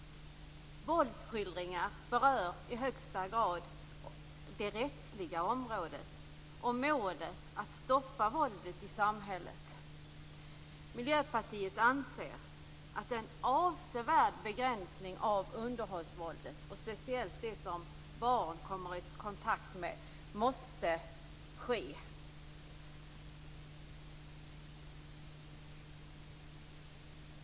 Våldsskildringar berör i högsta grad det rättsliga området och målet att stoppa våldet i samhället. Miljöpartiet anser att en avsevärd begränsning av underhållningsvåldet måste ske, speciellt det som barn kommer i kontakt med.